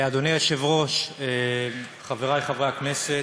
אדוני היושב-ראש, חברי חברי הכנסת,